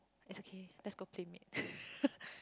it's okay let's go PlayMade